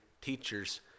teachers